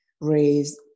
raise